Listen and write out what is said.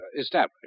established